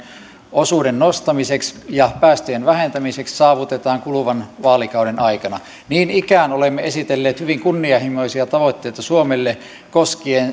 osuuden nostamiseksi ja päästöjen vähentämiseksi saavutetaan kuluvan vaalikauden aikana niin ikään olemme esitelleet hyvin kunnianhimoisia tavoitteita suomelle koskien